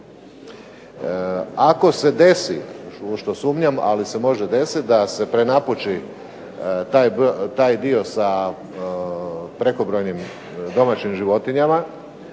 Ako se desi u što sumnjam, ali se može desiti da se prenapuči taj dio sa prekobrojnim domaćim životinjama,